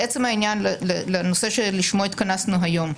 לעצם העניין, לנושא שלשמו התכנסנו היום,